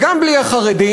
וגם בלי החרדים,